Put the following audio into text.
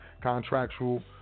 contractual